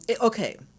okay